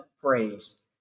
praise